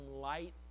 light